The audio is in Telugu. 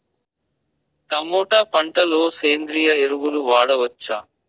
టమోటా పంట లో సేంద్రియ ఎరువులు వాడవచ్చా?